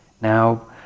Now